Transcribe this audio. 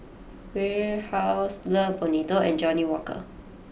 Warehouse Love Bonito and Johnnie Walker